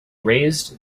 raised